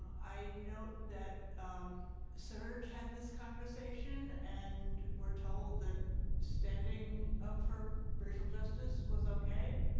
i note that surg had this conversation and we're told that standing up for racial justice was okay.